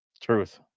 Truth